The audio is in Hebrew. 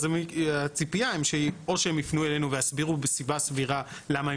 אז הציפייה או שהם יפנו אלינו ויסבירו בסיבה סבירה למה הם